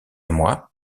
moi